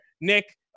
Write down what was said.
Nick